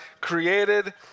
created